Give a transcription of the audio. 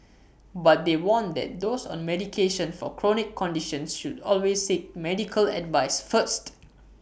but they warn that those on medication for chronic conditions should always seek medical advice first